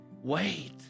Wait